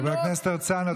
חבר הכנסת הרצנו,